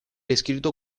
escrito